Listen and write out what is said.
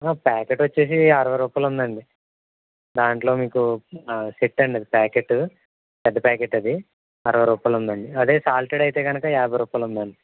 packet వచ్చి అరవై రూపాయలు ఉందండి దాంట్లో మీకు సెట్ అనేది ప్యాకెట్ పెద్ద ప్యాకెట్ అది అరవై రూపాయలు ఉందండి అదే సాల్టెడ్ అయితే కనుక యాభై రూపాయలు ఉందండి